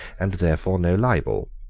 and therefore no libel.